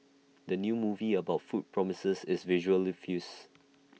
the new movie about food promises is visually feast